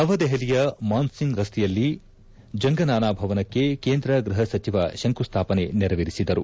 ನವದೆಪಲಿಯ ಮಾನ್ಸಿಂಗ್ ರಸ್ತೆಯಲ್ಲಿ ಜಂಗನಾನಾ ಭವನಕ್ಕೆ ಕೇಂದ್ರ ಗೃಪ ಸಚಿವ ಶಂಕುಸ್ಥಾಪನೆ ನೆರವೇರಿಸಿದರು